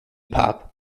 pop